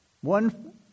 One